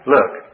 Look